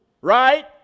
Right